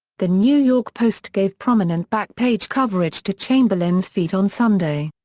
the new york post gave prominent back-page coverage to chamberlain's feat on sunday.